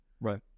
Right